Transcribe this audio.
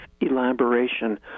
elaboration